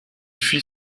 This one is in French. fit